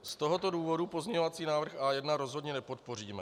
Z tohoto důvodu pozměňovací návrh A1 rozhodně nepodpoříme.